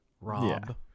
Rob